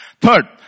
Third